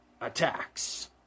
attacks